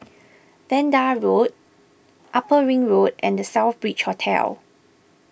Vanda Road Upper Ring Road and the Southbridge Hotel